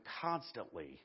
constantly